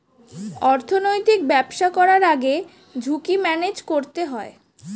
অর্থনৈতিক ব্যবসা করার আগে ঝুঁকি ম্যানেজ করতে হয়